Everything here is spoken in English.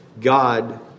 God